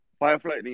firefly